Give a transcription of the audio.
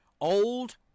Old